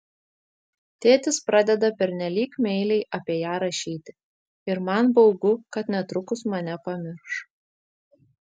tėtis pradeda pernelyg meiliai apie ją rašyti ir man baugu kad netrukus mane pamirš